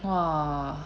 !wah!